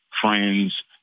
friends